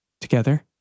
together